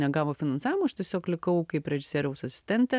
negavo finansavimo aš tiesiog likau kaip režisieriaus asistentė